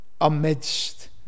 amidst